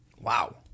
Wow